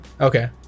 okay